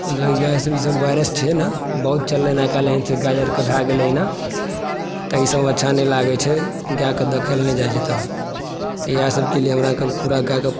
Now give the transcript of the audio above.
मतलब इएह सब वाइरस छियै ने बहुत चललै हँ आइकाल्हि गाय आर के भए गेल अहिना तऽ ईसब अच्छा नहि लागै छै गायके देखल नहि जाइ छै तब तऽ इएह सबके लिए हमरा पुरा गायके